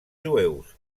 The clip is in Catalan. jueus